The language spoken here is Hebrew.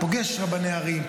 פוגש רבני ערים,